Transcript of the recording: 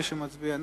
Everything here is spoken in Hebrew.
מי שמצביע נגד,